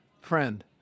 friend